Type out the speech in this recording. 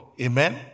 Amen